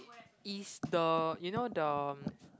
is the you know the